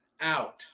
out